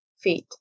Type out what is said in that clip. feet